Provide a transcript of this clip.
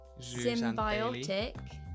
symbiotic